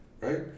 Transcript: right